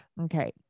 Okay